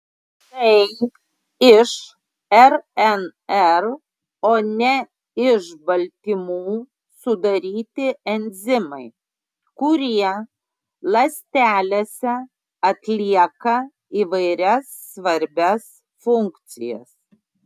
tai iš rnr o ne iš baltymų sudaryti enzimai kurie ląstelėse atlieka įvairias svarbias funkcijas